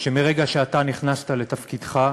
מהרגע שאתה נכנסת לתפקידך,